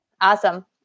Awesome